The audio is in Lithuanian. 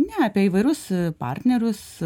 ne apie įvairius partnerius